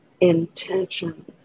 intention